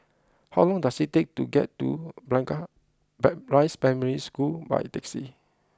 how long does it take to get to Blangah Ban Rise Primary School by taxi